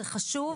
זה חשוב,